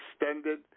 extended